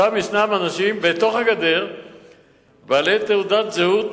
שם ישנם בתוך הגדר אנשים בעלי תעודת זהות